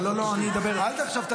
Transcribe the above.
לא, לא, אני אדבר --- אל תתחיל.